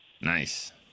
Nice